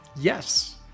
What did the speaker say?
Yes